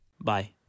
Bye